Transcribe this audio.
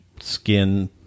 skin